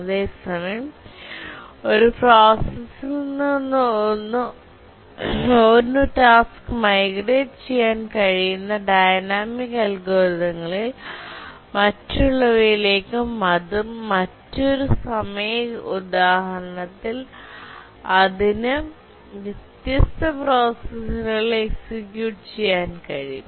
അതേസമയം ഒരു പ്രോസസ്സറിൽ നിന്ന് ഒരു ടാസ്ക് മൈഗ്രേറ്റ് ചെയ്യാൻ കഴിയുന്ന ഡൈനാമിക് അൽഗോരിതങ്ങളിൽ മറ്റുള്ളവയിലേക്കും അതും മറ്റൊരു സമയ ഉദാഹരണത്തിൽ അതിന് വ്യത്യസ്ത പ്രോസസ്സറുകളിൽ എക്സിക്യൂട്ട് ചെയ്യാൻ കഴിയും